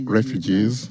refugees